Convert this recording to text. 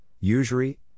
usury